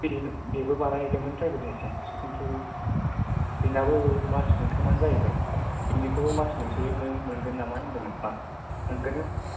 बिनि बेबो बानाय हैदोंमोन द्राइभिं लाइसेन्स खिन्थु बेनाबो मास मोनथामानो जाहैबाय बेनिखौबो मास मोनसे जोंनो मोनगोन ना मा होनदोंमोन मा मोनगोन होन